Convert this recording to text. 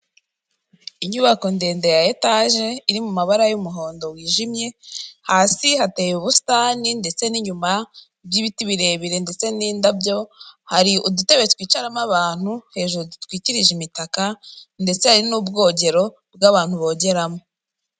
Inyubako ndende ya etaje iri mu mabara y'umuhondo wijimye, hasi hateye ubusitani ndetse n'inyuma by'ibiti birebire ndetse n'indabyo hari udutebe twicaramo abantu hejuru dutwikirije imitaka, ndetse hari n'ubwogero bwo abantu bogeramo.